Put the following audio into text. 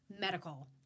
medical